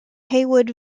haywood